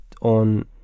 on